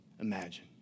imagine